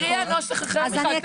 היא הקריאה נוסח אחר מיכל,